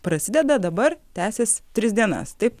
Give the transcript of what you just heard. prasideda dabar tęsis tris dienas taip